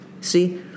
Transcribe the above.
See